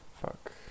fuck